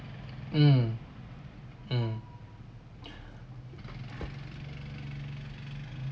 mm mm